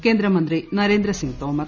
കേന്ദ്രമന്ത്രി നരേന്ദ്ര സിംഗ് തോമർ